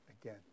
again